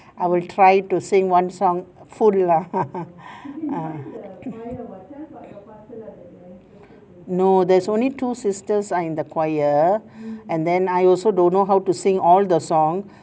I will try to sing one song full lah ah no there's only two sisters are in the choir and I also don't know how to sing all the song